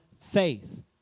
faith